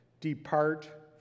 depart